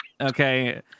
Okay